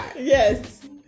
Yes